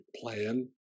plan